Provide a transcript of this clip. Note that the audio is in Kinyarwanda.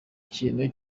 kintu